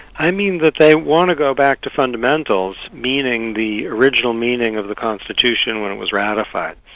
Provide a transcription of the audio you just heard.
i mean that they want to go back to fundamentals, meaning the original meaning of the constitution when it was ratified.